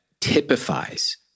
typifies